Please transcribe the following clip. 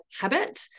habit